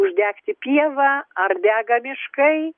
uždegti pievą ar dega miškai